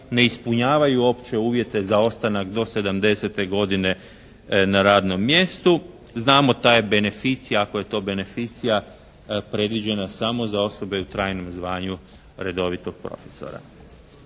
ne ispunjavaju opće uvjete za ostanak do sedamdesete godine na radnom mjestu. Znamo ta je beneficija, ako je to beneficija predviđena samo za osobe u trajnom zvanju redovitog profesora.